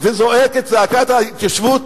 וזועק את זעקת ההתיישבות,